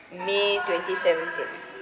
may twenty seventeen